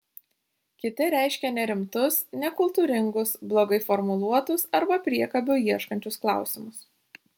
kiti reiškė nerimtus nekultūringus blogai formuluotus arba priekabių ieškančius klausimus